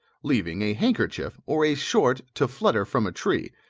leaving a handkerchief or a short to flutter from a tree,